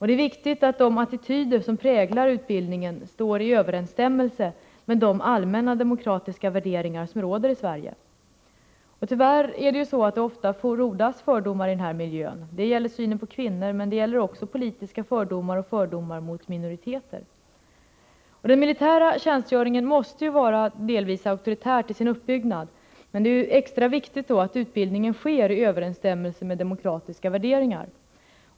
Det är viktigt att de attityder som präglar utbildningen står i överensstämmelse med de allmänna demokratiska värderingar som råder i Sverige. Tyvärr frodas det ofta fördomar i den här miljön. Det gäller synen på kvinnor, men även politiska fördomar och fördomar mot minoriteter. Den militära tjänstgöringen måste delvis vara auktoritär till sin uppbyggnad, men då är det extra viktigt att utbildningen sker i överensstämmelse med demokratiska värderingar.